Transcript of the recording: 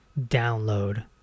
download